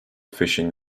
fishing